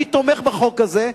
אני תומך בחוק הזה,